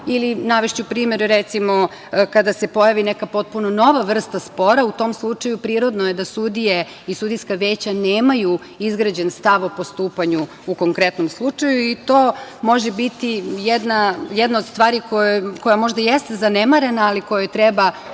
njima. Navešću primer, recimo, kada se pojavi neka potpuno nova vrsta spora, u tom slučaju prirodno je da sudije i sudijska veća nemaju izgrađen stav o postupanju u konkretnom slučaju i to može biti jedna od stvari koja možda jeste zanemarena, ali kojoj treba